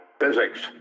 physics